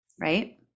right